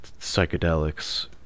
psychedelics